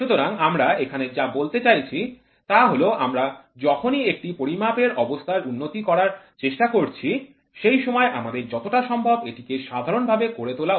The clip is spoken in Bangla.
সুতরাং আমরা এখানে যা বলতে চাইছি তা হল আমরা যখনই একটি পরিমাপের অবস্থার উন্নতি করার চেষ্টা করছি সেই সময় আমাদের যতটা সম্ভব এটিকে সাধারণ ভাবে করে তোলা উচিত